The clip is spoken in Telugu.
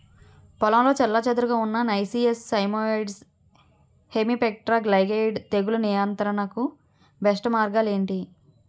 పొలంలో చెల్లాచెదురుగా ఉన్న నైసియస్ సైమోయిడ్స్ హెమిప్టెరా లైగేయిడే తెగులు నియంత్రణకు బెస్ట్ మార్గాలు ఏమిటి?